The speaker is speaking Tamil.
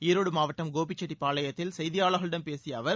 ஈரோடு மாவட்டம் கோபிச்செட்டிப்பாளையத்தில் செய்தியாளர்களிடம் பேசிய அவர்